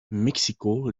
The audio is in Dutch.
mexico